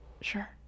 Sure